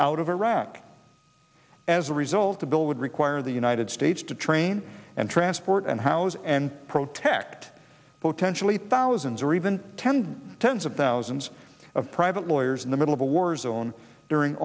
out of iraq as a result the bill would require the united states to train and transport and house and pro tect potentially thousands or even ten tens of thousands of private lawyers in the middle of a war zone during